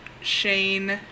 Shane